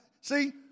See